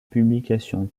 publication